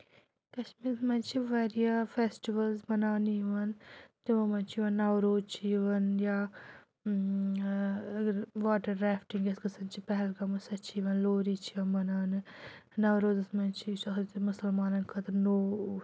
کَشمیٖرَس منٛز چھِ واریاہ فیسٹِوَلٕز مَناونہٕ یِوان تِمو منٛز چھِ یِوان نوروز چھِ یِوان یا اگر واٹَر ریفٹِنٛگ یۄس گژھان چھِ پہلگام سۄ چھِ یِوان لوری چھِ یِوان مَناونہٕ نوروزَس منٛز چھِ مُسلمانَن خٲطرٕ نوٚو